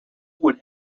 would